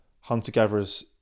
hunter-gatherers